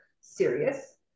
serious